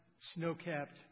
snow-capped